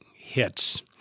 hits